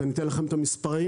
אז אתן לכם את המספרים: